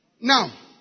Now